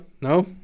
no